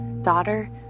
Daughter